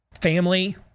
family